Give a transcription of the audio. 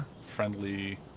friendly